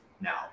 now